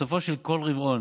בסופו של כל רבעון.